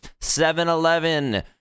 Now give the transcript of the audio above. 7-Eleven